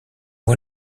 moi